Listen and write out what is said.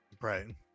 Right